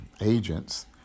agents